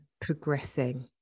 progressing